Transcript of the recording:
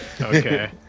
okay